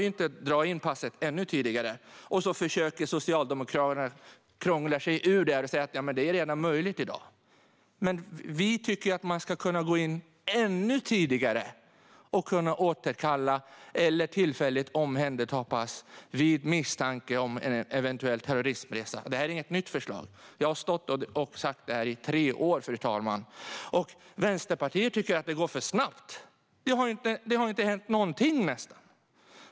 Socialdemokraterna försöker krångla sig ur detta genom att säga att detta redan är möjligt i dag. Men vi tycker att man ska kunna gå in ännu tidigare och återkalla eller tillfälligt omhänderta pass vid misstanke om eventuell terrorismresa. Detta är inget nytt förslag. Jag har stått och sagt detta i tre år, fru talman, men Vänsterpartiet tycker att det går för snabbt. Det har ju nästan inte hänt någonting.